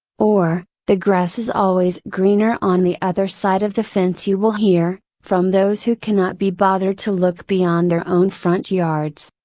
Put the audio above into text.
or, the grass is always greener on the other side of the fence you will hear, from those who cannot be bothered to look beyond their own front yards.